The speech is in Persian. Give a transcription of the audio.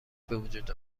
وجود